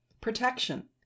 protection